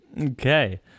Okay